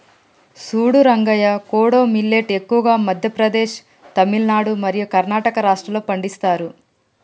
సూడు రంగయ్య కోడో మిల్లేట్ ఎక్కువగా మధ్య ప్రదేశ్, తమిలనాడు మరియు కర్ణాటక రాష్ట్రాల్లో పండిస్తారు